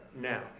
now